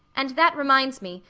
and that reminds me,